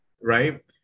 right